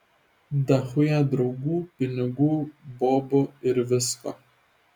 dachuja draugų pinigų bobų ir visko